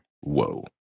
Whoa